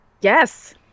Yes